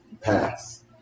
pass